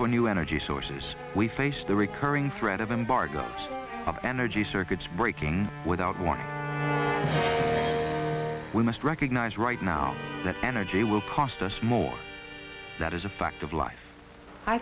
for new energy sources we face the recurring threat of embargoes of energy circuits breaking without warning we must recognize right now that energy will cost us more that is a fact of life i